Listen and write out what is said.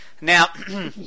Now